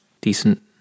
decent